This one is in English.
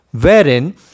wherein